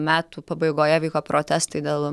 metų pabaigoje vyko protestai dėl